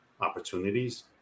opportunities